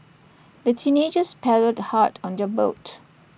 the teenagers paddled hard on their boat